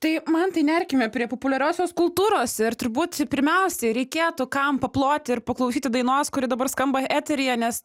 tai mantai nerkime prie populiariosios kultūros ir turbūt pirmiausiai reikėtų kam paploti ir paklausyti dainos kuri dabar skamba eteryje nes